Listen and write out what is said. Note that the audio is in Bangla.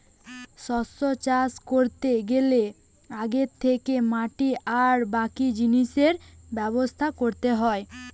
শস্য চাষ কোরতে গ্যালে আগে থিকে মাটি আর বাকি জিনিসের ব্যবস্থা কোরতে হয়